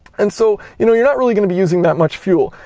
and so, you know you're not really going to be using that much fuel.